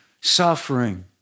suffering